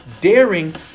daring